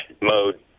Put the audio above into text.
mode